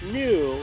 new